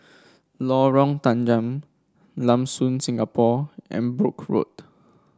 Lorong Tanggam Lam Soon Singapore and Brooke Road